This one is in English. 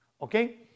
Okay